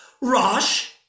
Rosh